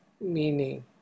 meaning